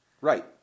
Right